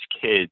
kids